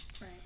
Right